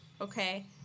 okay